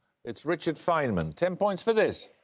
it's richard feynman. ten points for this.